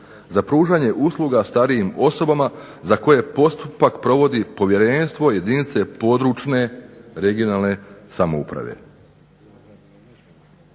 za pružanje usluga starijim osobama za koje postupak provodi povjerenstvo jedinice područne (regionalne) samouprave.